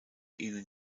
ihnen